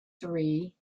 three